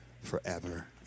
forever